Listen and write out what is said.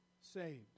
saved